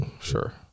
sure